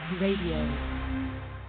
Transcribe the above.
Radio